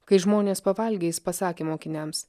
kai žmonės pavalgė jis pasakė mokiniams